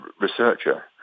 researcher